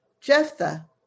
Jephthah